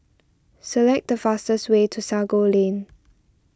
select the fastest way to Sago Lane